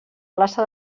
plaça